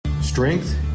Strength